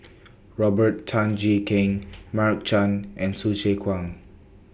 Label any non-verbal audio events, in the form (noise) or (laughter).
(noise) Robert Tan Jee Keng Mark Chan and Hsu Tse Kwang